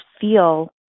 feel